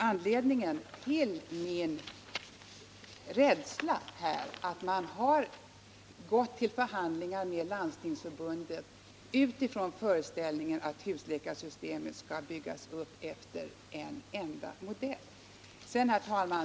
Anledningen till min rädsla här är att man har gått till förhandlingar med Landstingsförbundet utifrån föreställningen att husläkarsystemet skall byggas upp efter en enda modell. Herr talman!